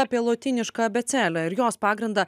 apie lotynišką abėcėlę ir jos pagrindą